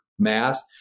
mass